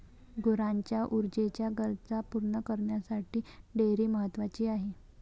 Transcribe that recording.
गुरांच्या ऊर्जेच्या गरजा पूर्ण करण्यासाठी डेअरी महत्वाची आहे